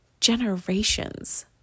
generations